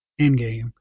Endgame